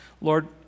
Lord